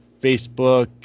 Facebook